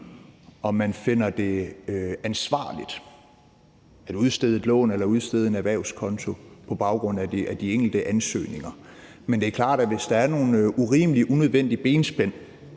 om man finder det ansvarligt at udstede et lån eller oprette en erhvervskonto, på baggrund af de enkelte ansøgninger. Men det er klart, at hvis der er nogle urimelige, unødvendige benspænd